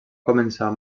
començar